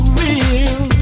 real